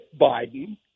Biden